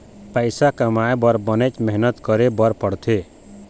पइसा कमाए बर बनेच मेहनत करे बर पड़थे